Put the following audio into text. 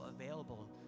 available